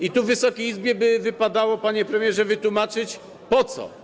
I tu Wysokiej Izbie by wypadało, panie premierze, wytłumaczyć po co.